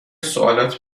سوالات